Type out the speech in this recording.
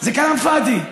זה כלאם פאדי.